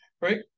Right